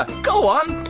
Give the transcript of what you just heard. go on.